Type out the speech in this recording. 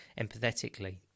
empathetically